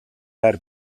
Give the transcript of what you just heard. байр